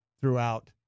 throughout